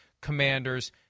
Commanders